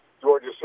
Georgia